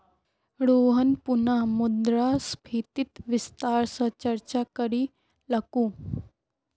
रोहन पुनः मुद्रास्फीतित विस्तार स चर्चा करीलकू